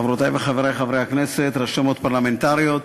חברותי וחברי חברי הכנסת, רשמות פרלמנטריות,